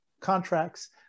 contracts